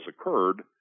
occurred